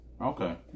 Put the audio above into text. okay